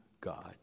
God